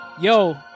yo